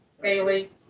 Bailey